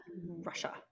Russia